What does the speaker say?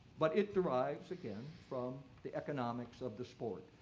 but it derives again from the economics of the sport.